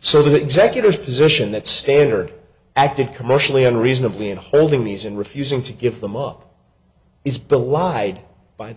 so the executors position that standard acted commercially unreasonably and holding these and refusing to give them up is bill wide by the